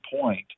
point